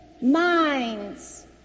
minds